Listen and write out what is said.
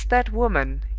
is that woman,